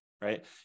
right